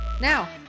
Now